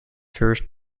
first